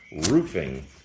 roofing